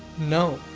no.